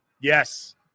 Yes